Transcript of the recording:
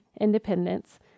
independence